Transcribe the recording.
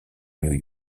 new